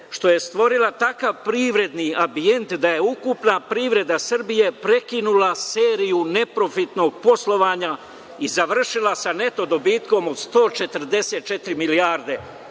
što je stvorila takav privredni ambijent da je ukupna privreda Srbije prekinula seriju neprofitnog poslovanja i završila sa neto dobitkom od 144 milijarde